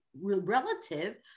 relative